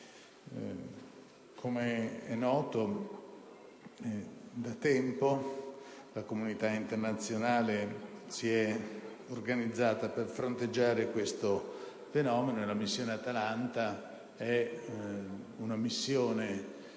Com'è noto, da tempo la comunità internazionale si è organizzata per fronteggiare questo fenomeno. La missione Atalanta ha svolto e